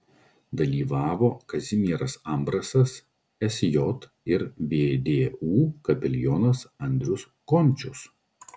dalyvavo kazimieras ambrasas sj ir vdu kapelionas andrius končius